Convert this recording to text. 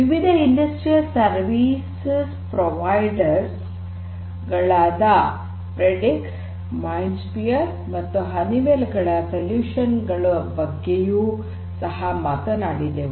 ವಿವಿಧ industrial service providers ಗಳಾದ Predix MindSphere ಮತ್ತು ಹನಿವೆಲ್ ಗಳ ಪರಿಹಾರಗಳ ಬಗ್ಗೆಯೂ ಸಹ ಮಾತನಾಡಿದೆವು